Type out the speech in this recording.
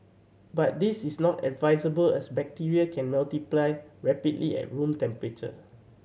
but this is not advisable as bacteria can multiply rapidly at room temperature